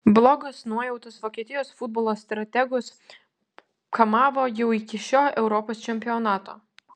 blogos nuojautos vokietijos futbolo strategus kamavo jau iki šio europos čempionato